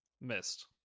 Missed